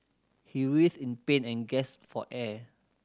he writhed in pain and gasped for air